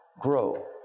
grow